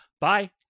Bye